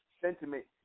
sentiment